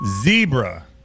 Zebra